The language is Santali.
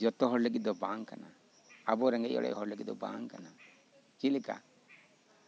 ᱡᱚᱛᱚ ᱦᱚᱲ ᱞᱟᱹᱜᱤᱫ ᱫᱚ ᱵᱟᱝ ᱠᱟᱱᱟ ᱟᱵᱚ ᱨᱮᱸᱜᱮᱡ ᱚᱨᱮᱡ ᱦᱚᱲ ᱞᱟᱹᱜᱤᱫ ᱫᱚ ᱵᱟᱝ ᱠᱟᱱᱟ ᱪᱮᱫ ᱞᱮᱠᱟ